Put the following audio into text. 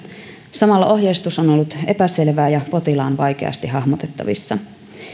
samalla ohjeistus on ollut epäselvää ja potilaan vaikeasti hahmotettavissa